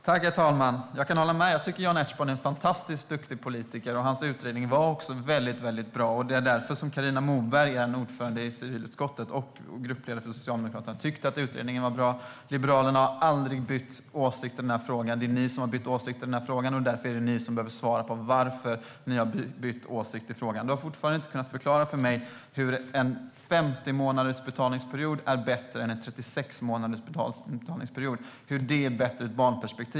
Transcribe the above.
Herr talman! Jag kan hålla med om att Jan Ertsborn är en fantastiskt duktig politiker och att hans utredning var väldigt bra. Carina Moberg, ordförande i civilutskottet och Socialdemokraternas gruppledare, tyckte att utredningen var bra. Liberalerna har aldrig bytt åsikt i denna fråga. Det är ni som har bytt åsikt, Hillevi Larsson, och därför är det ni som behöver svara på varför ni har gjort det. Du har fortfarande inte kunnat förklara för mig hur en betalningsperiod på 50 månader är bättre ur ett barnperspektiv än en betalningsperiod på 36 månader.